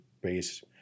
base